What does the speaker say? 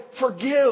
forgive